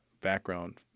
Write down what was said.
background